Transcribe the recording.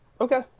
okay